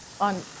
on